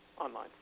online